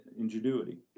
ingenuity